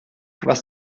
was